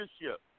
leadership